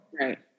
Right